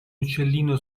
uccellino